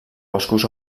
boscos